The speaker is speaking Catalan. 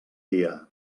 dia